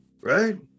Right